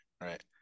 right